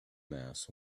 mass